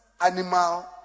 animal